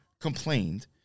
complained